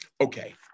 Okay